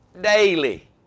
daily